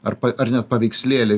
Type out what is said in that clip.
ar pa ar net paveikslėlį